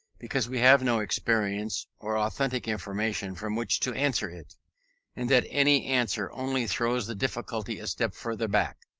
because we have no experience or authentic information from which to answer it and that any answer only throws the difficulty a step further back,